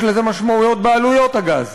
יש לזה משמעויות בעלויות הגז,